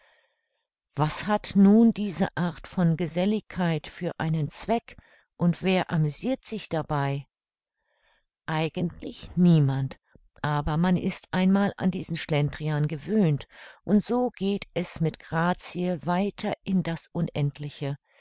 was hat nun diese art von geselligkeit für einen zweck und wer amüsirt sich dabei eigentlich niemand aber man ist einmal an diesen schlendrian gewöhnt und so geht es mit grazie weiter in das unendliche